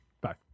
Bye